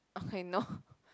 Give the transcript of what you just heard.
okay no